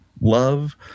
love